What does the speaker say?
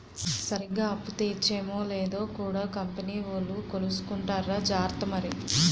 సరిగ్గా అప్పు తీర్చేమో లేదో కూడా కంపెనీ వోలు కొలుసుకుంటార్రా జార్త మరి